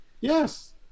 yes